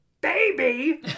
baby